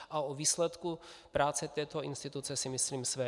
A o výsledku práce této instituce si myslím své.